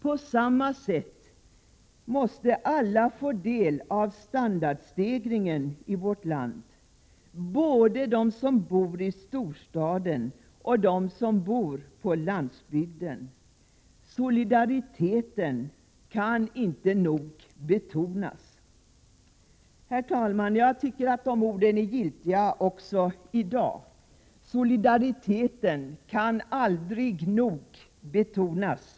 På samma sätt måste alla få del av standardstegringen i vårt land, både de som bor i storstaden och de som bor på landsbygden. Solidariteten kan inte nog betonas.” Herr talman! Jag tycker att dessa ord är giltiga också i dag. Solidariteten kan nämligen aldrig nog betonas.